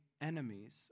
enemies